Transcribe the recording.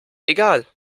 egal